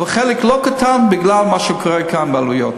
אבל חלק לא קטן בגלל מה שקורה כאן בעלויות.